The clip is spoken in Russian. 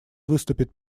выступит